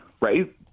right